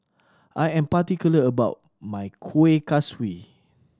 I am particular about my Kuih Kaswi